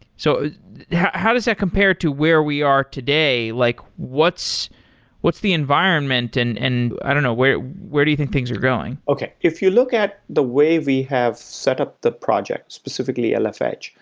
so how does that compare to where we are today? like what's what's the environment and and you know where where do you think things are going? okay. if you look at the way we have setup the projects, specifically yeah lf edge,